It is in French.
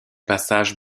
passages